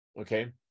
Okay